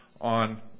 on